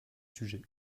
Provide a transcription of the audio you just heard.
sujets